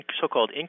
so-called